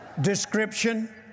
Description